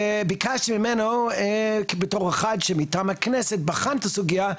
וביקשתי ממנו בתור אחד שמטעם הכנסת בחן את הסוגיה,